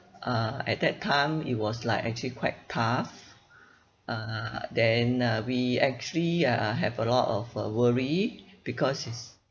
uh at that time it was like actually quite tough uh then uh we actually uh have a lot of uh worry because it's